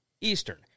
Eastern